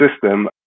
system